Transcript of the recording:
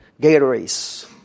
Gatorade's